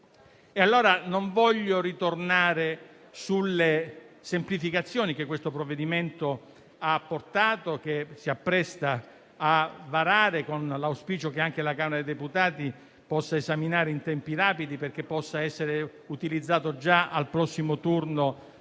Non voglio tornare sulle semplificazioni che questo provvedimento ha portato e che il Senato si appresta a varare, con l'auspicio che anche la Camera dei deputati lo esamini in tempi rapidi, perché possa essere utilizzato già al prossimo turno